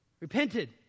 Repented